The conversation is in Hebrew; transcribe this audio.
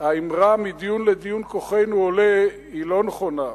האמרה "מדיון לדיון כוחנו עולה" היא לא נכונה.